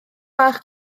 bach